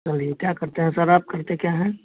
बोलिए क्या करते हो सर आप करते क्या हैं